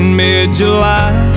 mid-July